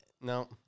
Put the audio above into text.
No